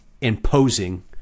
imposing